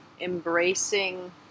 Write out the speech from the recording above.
embracing